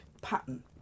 pattern